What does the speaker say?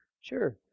Sure